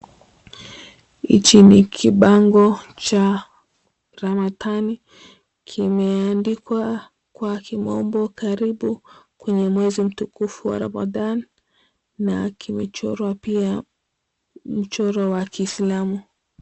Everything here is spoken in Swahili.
Hichi ni kibango cha Ramadhani kimeandikwa kwa kimombo ""Karibu kwenye mwezi mtukufu wa Ramadan," na kimechorwa pia michoro ya Kiislamu.